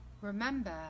Remember